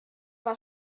war